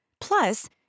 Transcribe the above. Plus